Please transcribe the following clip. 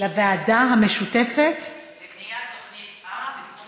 לוועדה המשותפת לבניית תוכנית אב בתחום